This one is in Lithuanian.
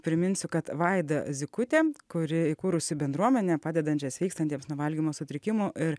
priminsiu kad vaida zykutė kuri įkūrusi bendruomenę padedančią sveikstantiems nuo valgymo sutrikimų ir